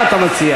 מה אתה מציע?